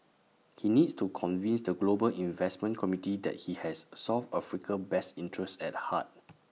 he needs to convince the global investment community that he has south Africa's best interests at heart